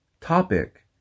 topic